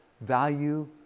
value